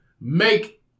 make